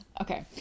Okay